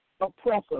oppressor